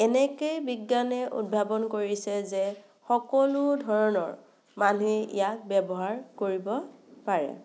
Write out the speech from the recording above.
এনেকেই বিজ্ঞানে উদ্ভাৱন কৰিছে যে সকলো ধৰণৰ মানুহে ইয়াক ব্যৱহাৰ কৰিব পাৰে